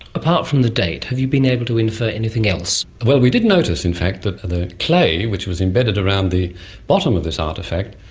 apart from the date, have you been able to infer anything else? well, we did notice in fact that the clay which was embedded around the bottom of this artefact,